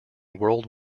world